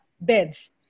beds